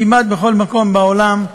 כמעט בכל מקום בעולם,